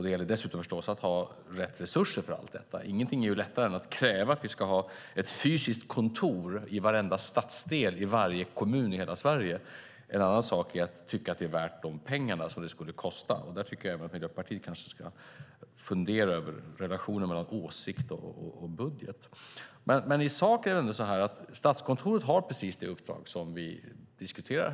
Det gäller förstås dessutom att ha rätt resurser för allt detta. Inget är lättare än att kräva att vi ska ha ett fysiskt kontor i varenda stadsdel i varje kommun i hela Sverige. En annan sak är att tycka att det är värt de pengar som det skulle kosta. Här tycker jag att Miljöpartiet ska fundera över relationen mellan åsikt och budget. Statskontoret har precis det uppdrag som vi diskuterar.